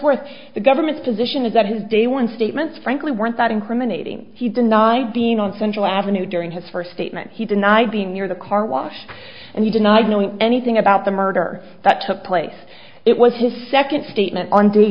worth the government's position is that his day one statement frankly weren't that incriminating he denied being on central avenue during his first statement he denied being near the car wash and he denied knowing anything about the murder that took place it was his second statement on d